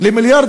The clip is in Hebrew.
ל-1.5 מיליארד